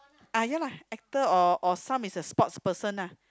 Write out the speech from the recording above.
ah ya lah actor or or some is a sports person lah